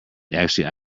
actually